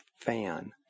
fan